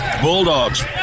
Bulldogs